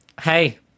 Hey